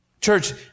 Church